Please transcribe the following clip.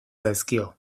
zaizkio